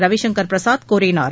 ரவிசங்கர் பிரசாத் கூறினார்